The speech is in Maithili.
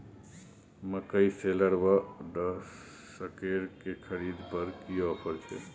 मकई शेलर व डहसकेर की खरीद पर की ऑफर छै?